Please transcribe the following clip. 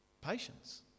patience